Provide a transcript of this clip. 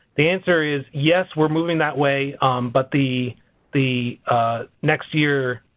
the answer is yes we're moving that way but the the next year